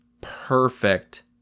perfect